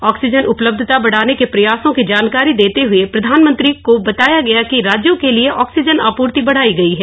oxygen उपलब्धता बढ़ाने के प्रयासों की जानकारी देते हुए प्रधानमंत्री को बताया गया कि राज्यों के लिये ऑक्सीजन आपूर्ति बढ़ाई गई है